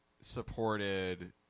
supported